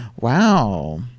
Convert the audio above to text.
wow